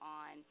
on